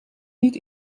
niet